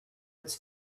its